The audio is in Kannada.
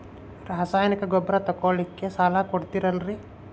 ರಾಸಾಯನಿಕ ಗೊಬ್ಬರ ತಗೊಳ್ಳಿಕ್ಕೆ ಸಾಲ ಕೊಡ್ತೇರಲ್ರೇ?